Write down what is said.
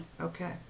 okay